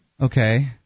Okay